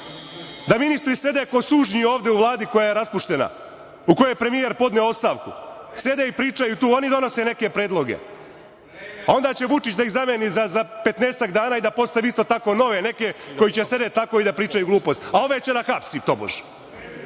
ministri sede ovde kao sužnji ovde, u Vladi koja je raspuštena, u kojoj je premijer podneo ostavku. Sede i pričaju tu. Oni donose neke predloge, a onda će Vučić da ih zameni za petnaestak dana i da postavi isto tako nove neke koji će da sede tako i da pričaju gluposti, a ove će da hapsi, tobož,